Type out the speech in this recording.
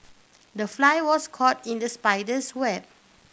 the fly was caught in the spider's web